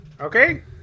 Okay